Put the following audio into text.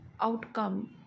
outcome